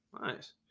Nice